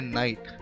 night